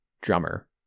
drummer